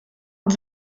und